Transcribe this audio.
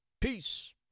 Peace